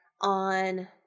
on